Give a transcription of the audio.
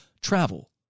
travel